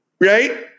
right